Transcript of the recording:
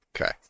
Okay